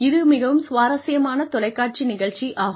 இது மிகவும் சுவாரஸ்யமான தொலைக்காட்சி நிகழ்ச்சி ஆகும்